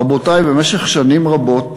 רבותי, במשך שנים רבות